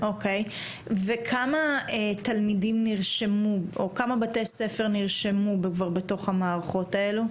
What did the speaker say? כמה בתי ספר נרשמו והם כבר בתוך המערכות האלו?